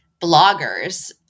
bloggers